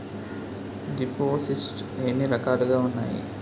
దిపోసిస్ట్స్ ఎన్ని రకాలుగా ఉన్నాయి?